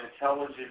intelligent